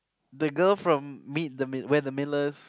the girl from meet the We're-the-Millers